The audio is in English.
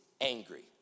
angry